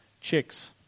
chicks